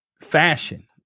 fashion